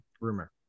Rumor